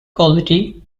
quality